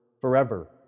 forever